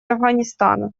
афганистана